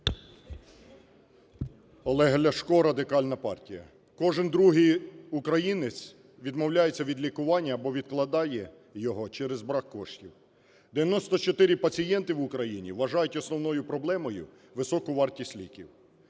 Олег Ляшко, Радикальна партія. Кожен другий українець відмовляється від лікування або відкладає його через брак коштів. 94 пацієнти в Україні вважають основною проблемою високу вартість ліків.